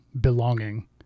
belonging